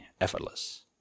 effortless